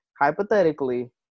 hypothetically